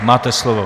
Máte slovo.